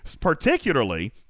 particularly